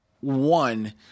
one